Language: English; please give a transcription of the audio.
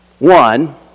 One